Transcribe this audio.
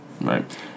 Right